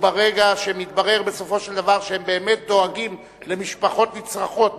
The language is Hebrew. וברגע שמתברר בסופו של דבר שהם באמת דואגים למשפחות נצרכות,